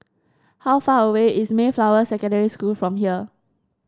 how far away is Mayflower Secondary School from here